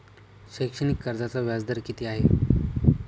शैक्षणिक कर्जाचा व्याजदर किती आहे?